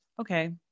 okay